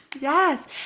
Yes